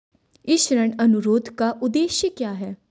इस ऋण अनुरोध का उद्देश्य क्या है?